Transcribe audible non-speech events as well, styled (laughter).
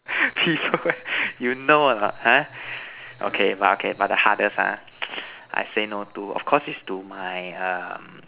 (laughs) you know or not ha okay but okay but the hardest ah I say no to of course is to my um